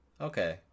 Okay